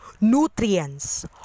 nutrients